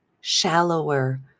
shallower